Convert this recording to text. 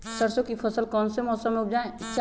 सरसों की फसल कौन से मौसम में उपजाए?